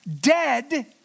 dead